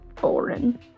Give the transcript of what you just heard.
boring